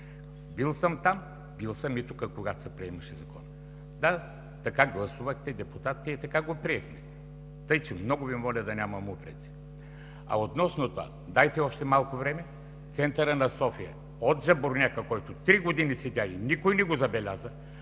Бил съм там, бил съм и тук, когато се приемаше Законът. Да, така гласувахте депутатите и така го приехме. Тъй че много Ви моля да нямам упреци! А относно това – дайте още малко време, центърът на София от жабурняка, който три години седя и никой не го забеляза,